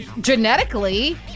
genetically